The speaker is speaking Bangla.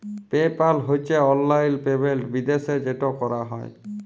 পে পাল হছে অললাইল পেমেল্ট বিদ্যাশে যেট ক্যরা হ্যয়